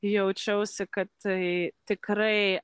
jaučiausi kad tai tikrai